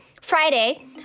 Friday